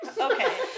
Okay